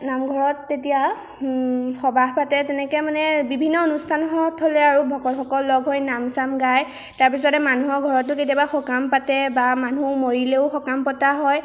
নামঘৰত তেতিয়া সবাহ পাতে তেনেকৈ মানে বিভিন্ন অনুষ্ঠান থ'লে আৰু ভকতসকল লগ হৈ নাম চাম গায় তাৰপিছতে মানুহৰ ঘৰতো কেতিয়াবা সকাম পাতে বা মানুহ মৰিলেও সকাম পতা হয়